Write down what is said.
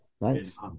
nice